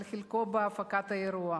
על חלקו בהפקת האירוע,